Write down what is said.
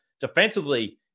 Defensively